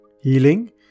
Healing